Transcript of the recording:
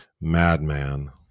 Madman